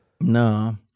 no